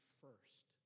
first